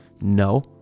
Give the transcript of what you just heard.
No